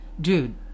dude